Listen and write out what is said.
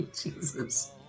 Jesus